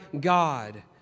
God